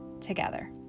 together